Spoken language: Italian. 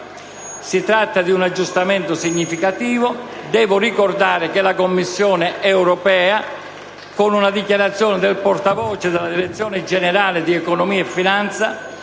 si tratta di un aggiustamento significativo. Devo ricordare che la Commissione europea, con una dichiarazione del portavoce della Direzione generale di economia e finanza,